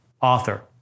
Author